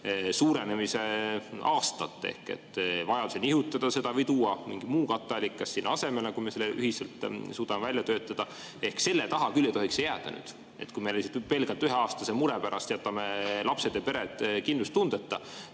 suurenemise aastat ehk nihutada seda või tuua mingi muu katteallikas sinna asemele, kui me selle ühiselt suudame välja töötada. Ehk selle taha küll ei tohiks see jääda, et me pelgalt üheaastase mure pärast jätame lapsed ja pered kindlustundeta.